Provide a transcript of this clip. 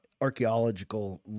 archaeological